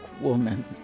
woman